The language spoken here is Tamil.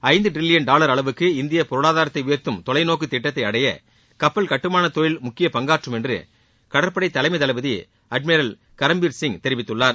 ஐந்த டிரில்லியன் டாவர் அளவுக்கு இந்திய பொருளாதாரத்தை உயர்த்தும் தொலைநோக்கு திட்டத்தை அடைய கப்பல் கட்டுமான தொழில் முக்கிய பங்காற்றும் என்று கடற்படை தலைமை தளபதி அட்மிரல் கரம்பீர் சிங் தெரிவித்துள்ளார்